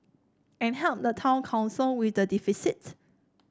and help the town council with the deficit